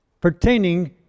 pertaining